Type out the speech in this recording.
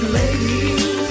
ladies